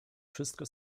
wszystko